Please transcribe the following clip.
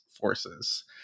forces